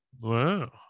Wow